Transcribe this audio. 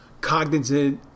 cognitive